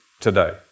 today